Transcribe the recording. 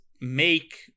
make